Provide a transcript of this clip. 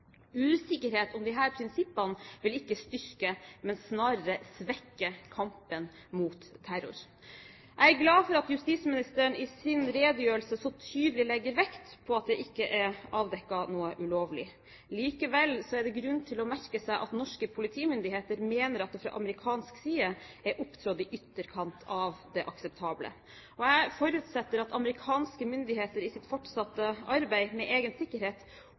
Usikkerhet om disse prinsippene vil ikke styrke, men snarere svekke, kampen mot terror. Jeg er glad for at justisministeren i sin redegjørelse så tydelig legger vekt på at det ikke er avdekket noe ulovlig. Likevel er det grunn til å merke seg at norske politimyndigheter mener at det fra amerikansk side er opptrådt i ytterkant av det akseptable. Jeg forutsetter at amerikanske myndigheter i sitt fortsatte arbeid med egen sikkerhet